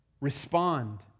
respond